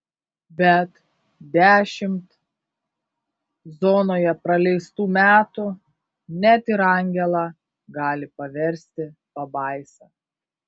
bet dešimt zonoje praleistų metų net ir angelą gali paversti pabaisa